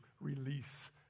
release